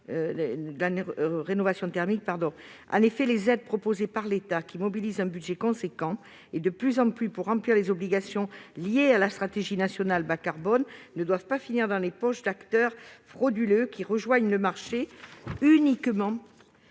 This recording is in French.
En effet, les aides proposées par l'État, qui mobilisent un budget de plus en plus considérable pour remplir les obligations liées à la stratégie nationale bas-carbone, ne doivent pas finir dans les poches d'acteurs frauduleux qui rejoignent le marché uniquement